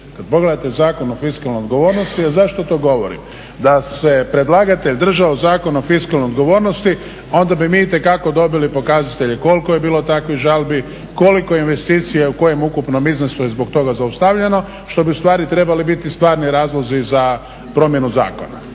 Kad pogledate Zakon o fiskalnoj odgovornosti, a zašto to govorim? Da se predlagatelj držao Zakona o fiskalnoj odgovornosti, onda bi mi itekako dobili pokazatelje koliko je bilo takvih žalbi, koliko investicija u kojem ukupnom iznosu je zbog toga zaustavljeno, što bi ustvari trebali biti stvarni razlozi za promjenu zakona.